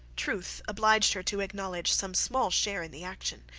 truth obliged her to acknowledge some small share in the action,